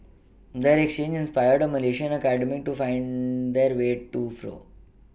their exchange inspired a Malaysian academic to wide that way too flow